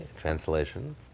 translation